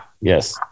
Yes